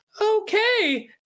okay